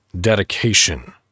dedication